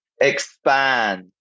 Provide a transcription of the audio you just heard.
expand